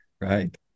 right